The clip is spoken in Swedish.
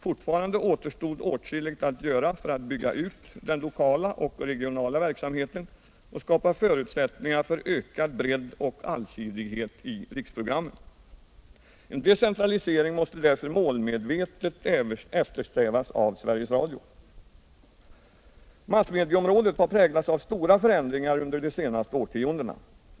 Fortfarande återstod åtskilligt att göra för att bygga ut den lokala och regionala verksamheten och skapa förutsättningar för ökad bredd och allsidighet i riksprogrammen. En decentralisering måste därför målmedvetet eftersträvas av Sveriges Radio. Massmedieområdet har präglats av stora förändringar under de senaste årtiondena.